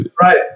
right